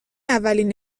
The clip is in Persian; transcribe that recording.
اولین